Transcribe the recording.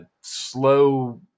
slow